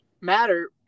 matter